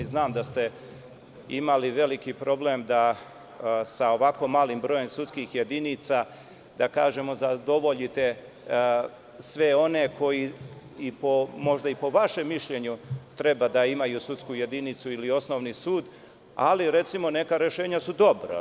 Znam da ste imali veliki problem da sa ovako malim brojem sudskih jedinica zadovoljite sve one koji možda i po vašem mišljenju treba da imaju sudsku jedinicu ili osnovni sud, ali, recimo, neka rešenja su dobra.